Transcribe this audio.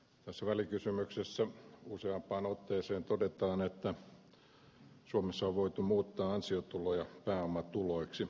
tässä välikysymyksessä useampaan otteeseen todetaan että suomessa on voitu muuttaa ansiotuloja pääomatuloiksi